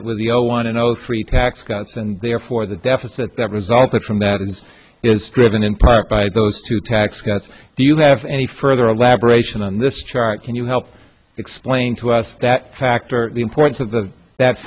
it with the zero one and zero three tax cuts and therefore the deficit that resulted from that and is driven in part by those two tax cuts do you have any further elaboration on this chart can you help explain to us that factor the importance of the that